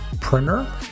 Printer